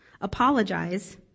apologize